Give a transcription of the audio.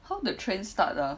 how the trend start ah